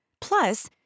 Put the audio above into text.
Plus